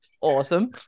Awesome